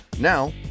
Now